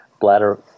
bladder